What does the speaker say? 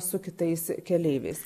su kitais keleiviais